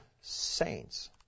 saints